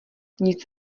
nic